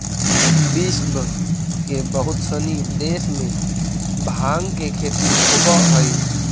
विश्व के बहुत सनी देश में भाँग के खेती होवऽ हइ